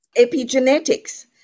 Epigenetics